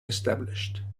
established